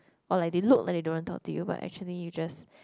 or like they look then they don't want to talk to you but actually you just